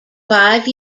five